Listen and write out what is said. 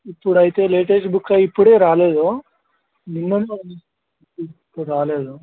ఇప్పుడైతే లేటెస్ట్ బుక్సా ఇప్పుడే రాలేదు ఇప్పుడు రాలేదు